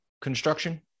construction